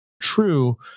true